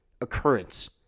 occurrence